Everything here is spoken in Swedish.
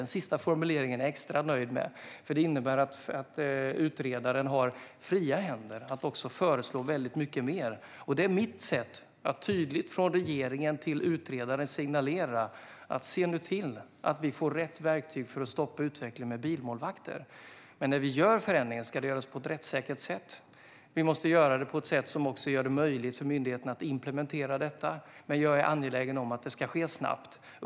Den sista formuleringen är jag extra nöjd med, för den innebär att utredaren har fria händer att föreslå väldigt mycket mer, och det är mitt sätt att från regeringen till utredaren tydligt signalera: Se nu till att vi får rätt verktyg för att stoppa utvecklingen med bilmålvakter! Svar på interpellationer Men när vi gör förändringen ska den göras på ett rättssäkert sätt. Vi måste göra den på ett sätt som också gör det möjligt för myndigheten att implementera detta. Men jag är angelägen om att det ska ske snabbt.